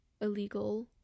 illegal